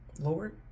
Lord